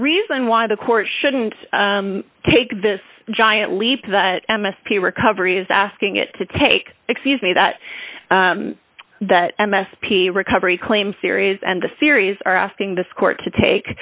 reason why the court shouldn't take this giant leap that m s p recovery is asking it to take excuse me that the m s p recovery claim series and the series are asking this court to take